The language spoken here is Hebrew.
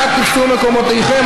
נא תפסו את מקומותיכם.